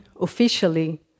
officially